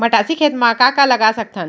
मटासी खेत म का का लगा सकथन?